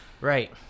Right